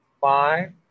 five